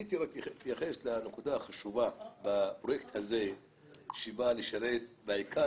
רציתי להתייחס לנקודה החשובה בפרויקט הזה שבא לשרת בעיקר